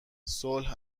صلح